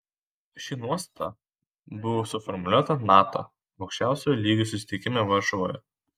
ši nuostata buvo suformuluota nato aukščiausiojo lygio susitikime varšuvoje